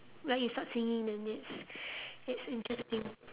like you start singing then it's it's interesting